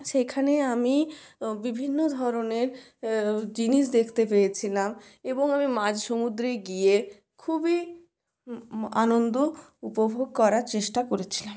সেখানে আমি বিভিন্ন ধরনের জিনিস দেখতে পেয়েছিলাম এবং আমি মাঝসমুদ্রে গিয়ে খুবই আনন্দ উপভোগ করার চেষ্টা করেছিলাম